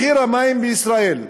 מחיר המים בישראל,